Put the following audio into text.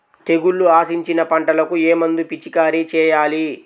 తెగుళ్లు ఆశించిన పంటలకు ఏ మందు పిచికారీ చేయాలి?